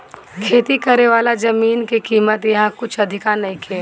खेती करेवाला जमीन के कीमत इहा कुछ अधिका नइखे